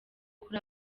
kuri